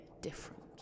different